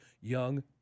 young